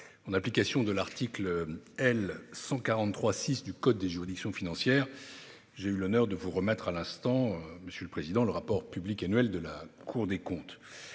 en application de l'article L. 143-6 du code des juridictions financières, j'ai eu l'honneur de vous remettre à l'instant, monsieur le président, le rapport public annuel de la Cour des comptes.